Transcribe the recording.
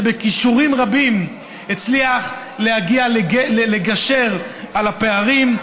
שבכישורים רבים הצליח לגשר על הפערים,